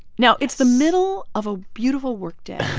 now, it's the middle of a beautiful workday,